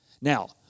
Now